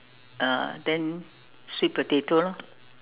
uh then sweet potato lor